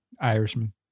Irishman